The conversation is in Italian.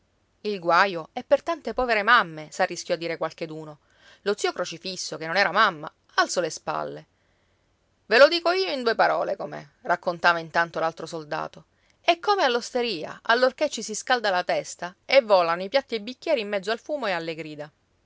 il guaio è per tante povere mamme s'arrischiò a dire qualcheduno lo zio crocifisso che non era mamma alzò le spalle ve lo dico io in due parole com'è raccontava intanto l'altro soldato è come all'osteria allorché ci si scalda la testa e volano i piatti e i bicchieri in mezzo al fumo ed alle grida